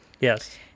Yes